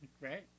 Right